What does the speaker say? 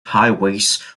highways